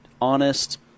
honest